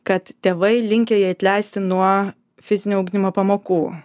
kad tėvai linkę jį atleisti nuo fizinio ugdymo pamokų